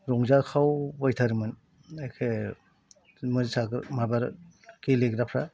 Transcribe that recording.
रंजाखाव बायथारोमोन एखे गेलेग्राफ्रा